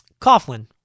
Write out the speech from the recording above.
Coughlin